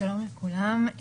שלום לכולם.